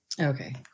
Okay